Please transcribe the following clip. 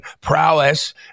prowess